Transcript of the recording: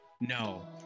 No